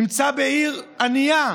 שהוא נמצא בעיר ענייה,